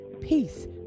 peace